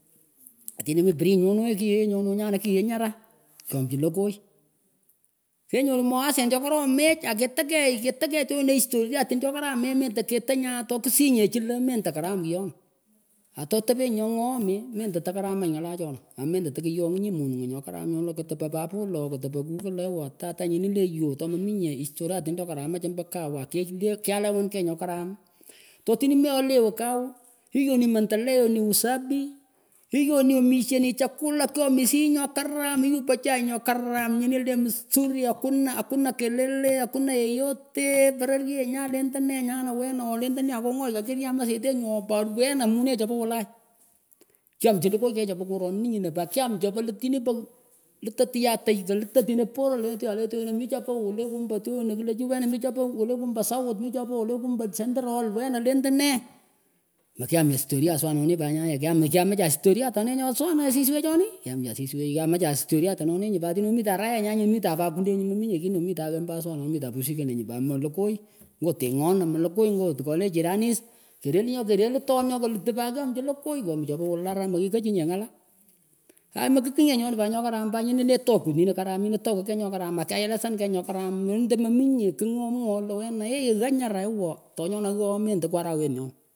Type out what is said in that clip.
Atinih mih piinyih nyonoheeh kiechnyonoh nyanah kiheh nyarah kyomichi lekoy kenyoruh mawasen chohkoromech akehtah keyh kehtan keyh tyonah historiatin chohkarameh mendah ketah nyah toh kihsinyeh chinyeh lah menda karam kyonah atotepenyih nyohngoohmyah mendah ahkaramach ngalah chonah aah mendah tekyonyinyih monigh nyokaram ooh ketepah papoh lah ketepah kukah lah ewoh tah nyinih leeh nyo tohmaminyeh historiatin choh karamach ombo kawh ake kiayahlewwan keyh nyokaram totinih min elelewah kawah hiyo ni mandeleo usafi hiyo ni omishah chakula kyomishih nyokaram yupah chai nyokaram nyinih leh msuri hakuna hakuna kelele hakuna yeyote pereyenyan lendeh nehnyanah wenoh lendeneh kongoy kakiryam aseteh nyoh pat wenah amuneh chopoh kyam chopoh tinih liti tinih litah tyatiy kelitah tingh porah leh tyolah le tyonah mih chapa woluleh kumba tyonah klah chih wenah mih chopah weleh kumba south mih chopah wele kumba central wenah lendeneh mehkyam nyeh historia aswahnoninih nyah wecharah kyam mekyamachah historiah tanonih pat tinah mitah rahaenyan nyinah mitan pah kweli nyuh mominyeh kigh nyuh mitanaghaapah aswahnonini mitah pumzi kanay mitah amah lekoy nyoh tengon lekoy ngo tkoleh jiranis keruluh nyoh kereluh ton nyo kalutuh pat kyomichi lekoy chopah nyoh karam pat nyinileh tokut nyihkaram nyineh tohkeh keyh nyokaram mekaelesan keyh nyokaram meminyeh kigh nyomwooh lah wenah eeh ghaa nyarah awooh tonyonah oghaa mendeh tekwaharawet nyonah.